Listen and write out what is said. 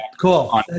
Cool